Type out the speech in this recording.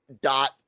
dot